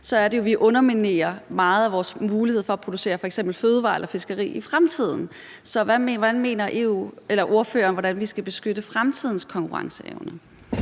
underminerer meget af vores mulighed for at producere fødevarer eller fiskeri i fremtiden. Så hvordan mener ordføreren vi skal beskytte fremtidens konkurrenceevne?